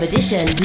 Edition